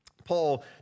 Paul